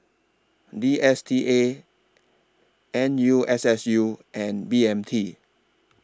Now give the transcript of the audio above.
D S T A N U S S U and B M T